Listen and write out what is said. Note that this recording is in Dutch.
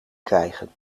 krijgen